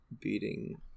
beating